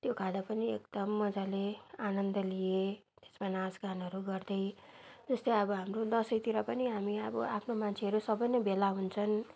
त्यो खाँदा पनि एकदम मजाले आनन्द लिएँ त्यसमा नाचगानहरू गर्दै जस्तो अब हाम्रो दसैँतिर पनि हामी अब आफ्नो मान्छेहरू सबै नै भेला हुन्छन्